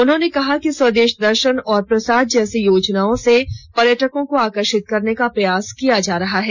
उन्होंने कहा कि स्वदेश दर्शन और प्रसाद जैसी योजनाओं से पर्यटकों को आकर्षित करने का प्रयास किया जा रहा है